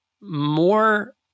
More